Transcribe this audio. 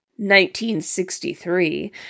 1963